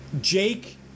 Jake